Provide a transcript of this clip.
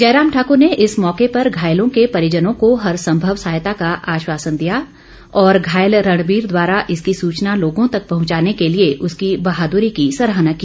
जयराम ठाक्र ने इस मौके पर घायलों के परिजनों को हर संभव सहायता का आश्वासन दिया और घायल रणबीर द्वारा इसकी सुचना लोगो तक पहुंचाने के लिए उसकी बहाद्री की सराहना की